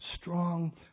strong